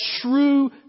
true